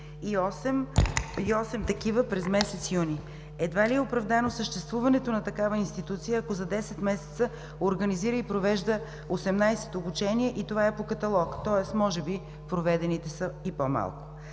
и осем такива през месец юни. Едва ли е оправдано съществуването на такава институция, ако за десет месеца организира и провежда 18 обучения и това е по каталог. Тоест може би проведените са и по-малко.